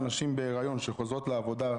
כמו נשים בהריון שחוזרות לעבודה,